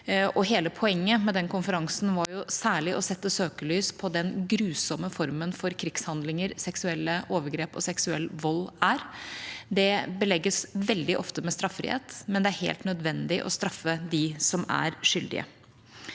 Hele poenget med den konferansen var særlig å sette søkelys på den grusomme formen for krigshandlinger seksuelle overgrep og seksuell vold er. Det belegges veldig ofte med straffrihet, men det er helt nødvendig å straffe dem som er skyldige.